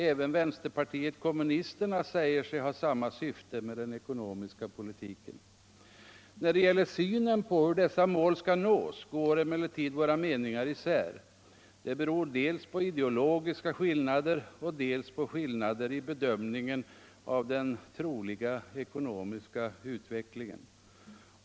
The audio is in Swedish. Även vänsterpartiet kommunisterna säger sig ha samma syfte med den ekonomiska politiken. När det gäller synen på hur dessa mål skall nås går emellertid våra meningar isär. Det beror dels på ideologiska skillnader, dels på skillnader i bedömningen av den troliga ekonomiska utvecklingen.